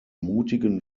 mutigen